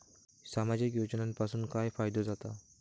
सामाजिक योजनांपासून काय फायदो जाता?